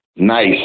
nice